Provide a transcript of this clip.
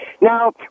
Now